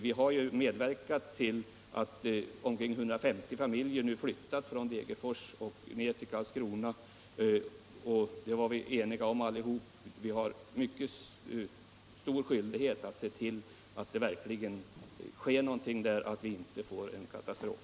Vi har medverkat till att omkring 150 familjer flyttat från Degerfors ner till Karlskrona. Vi var eniga om det allihop. Vi har mycket stor skyldighet att se till att det verkligen sker någonting där, att vi inte får en katastrof.